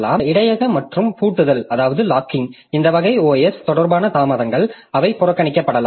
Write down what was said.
இந்த இடையக மற்றும் பூட்டுதல் இந்த வகை OS தொடர்பான தாமதங்கள் அவை புறக்கணிக்கப்படலாம்